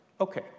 Okay